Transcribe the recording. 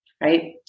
right